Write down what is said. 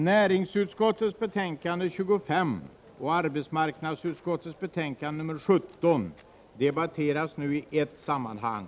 Näringsutskottets betänkande 25 och arbetsmarknadsutskottets betänkande 17 debatteras i ett sammanhang.